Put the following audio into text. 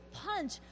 punch